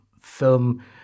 film